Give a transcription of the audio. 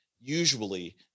usually